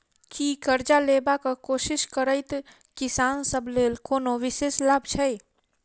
की करजा लेबाक कोशिश करैत किसान सब लेल कोनो विशेष लाभ छै?